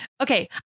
Okay